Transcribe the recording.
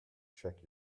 check